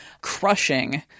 crushing